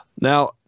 Now